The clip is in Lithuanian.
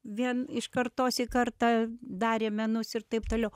vien iš kartos į kartą darė menus ir taip toliau